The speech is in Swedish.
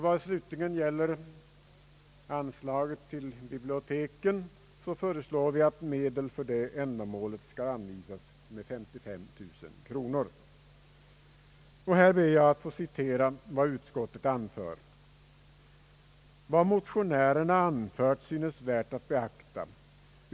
Vad slutligen gäller anslaget till expenser för biblioteken föreslår vi att 35000 kronor skall anvisas för detta ändamål. Här ber jag att få citera vad utskottet skriver: »Vad motionärerna anfört synes värt att beakta.